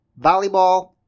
volleyball